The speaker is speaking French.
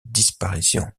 disparition